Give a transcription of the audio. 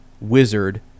wizard